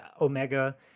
Omega